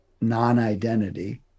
non-identity